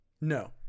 No